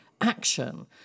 action